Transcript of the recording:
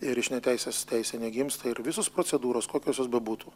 ir iš neteisės teisė negimsta ir visos procedūros kokios jos bebūtų